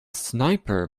sniper